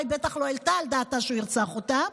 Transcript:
היא בטח לא העלתה על דעתה שהוא ירצח אותה,